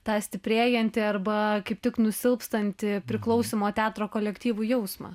tą stiprėjantį arba kaip tik nusilpstantį priklausymo teatro kolektyvui jausmą